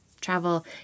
travel